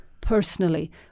personally